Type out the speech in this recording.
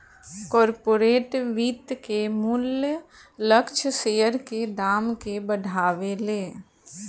corporate वित्त के मूल्य लक्ष्य शेयर के दाम के बढ़ावेले